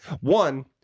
One